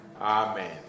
Amen